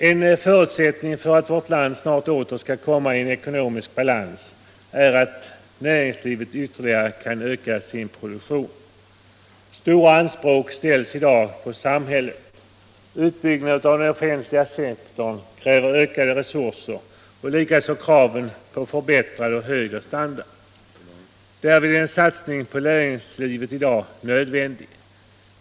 En förutsättning för att vårt land snart åter skall komma i ekonomisk balans är att näringslivet ytterligare kan öka sin produktion. Stora anspråk ställs i dag på samhället. Utbyggnad av den offentliga sektorn kräver ökade resurser och likaså kraven på förbättrad och högre standard. Därvid är en satsning på näringslivet nödvändig.